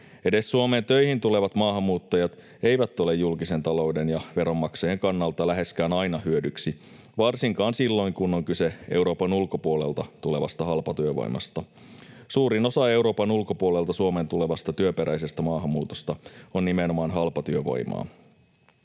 Edes Suomeen töihin tulevat maahanmuuttajat eivät ole julkisen talouden ja veronmaksajien kannalta läheskään aina hyödyksi varsinkaan silloin, kun on kyse Euroopan ulkopuolelta tulevasta halpatyövoimasta. Suurin osa Euroopan ulkopuolelta Suomeen tulevasta työperäisestä maahanmuutosta on nimenomaan halpatyövoimaa.